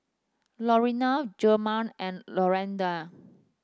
Laurene Jemal and Lawanda